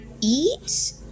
eat